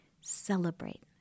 Celebrate